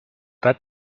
pas